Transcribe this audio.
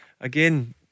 again